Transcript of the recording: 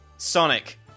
Sonic